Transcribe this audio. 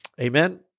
Amen